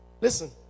Listen